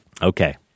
Okay